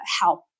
help